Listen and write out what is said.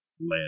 land